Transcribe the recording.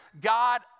God